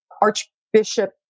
Archbishop